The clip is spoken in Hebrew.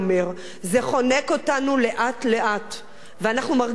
זה חונק אותנו לאט לאט ואנחנו מרגישים את זה